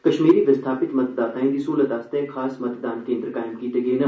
कश्मीर विस्थापित मतदाताएं दी स्हूलत लेई खास मतदान केन्द्र कायम कीते गे न